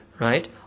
Right